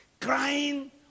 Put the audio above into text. crying